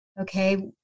Okay